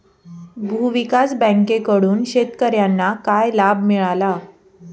भूविकास बँकेकडून शेतकर्यांना काय लाभ मिळाला?